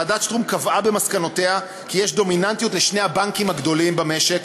ועדת שטרום קבעה במסקנותיה כי יש דומיננטיות לשני הבנקים הגדולים במשק,